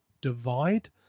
divide